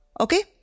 Okay